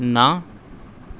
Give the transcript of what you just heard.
ਨਾ